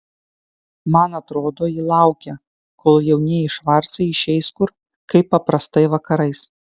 man atrodo ji laukia kol jaunieji švarcai išeis kur kaip paprastai vakarais